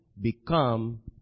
become